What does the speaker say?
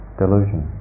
delusion